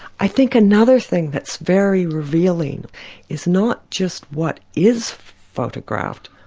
i think another thing that's very revealing is not just what is photographed,